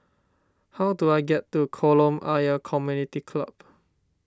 how do I get to Kolam Ayer Community Club